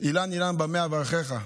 אילן, אילן, במה אברכך?